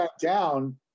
down